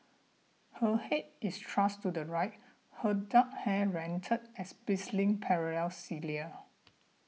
her head is thrust to the right her dark hair rendered as bristling parallel cilia